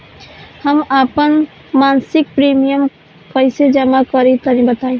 हम आपन मसिक प्रिमियम कइसे जमा करि तनि बताईं?